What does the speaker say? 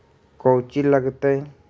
कौची लगतय?